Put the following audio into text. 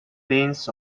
lanes